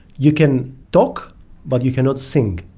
you can talk but you cannot sing.